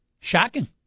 Shocking